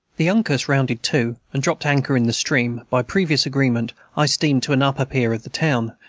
the uncas rounded to, and dropped anchor in the stream by previous agreement, i steamed to an upper pier of the town,